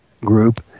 group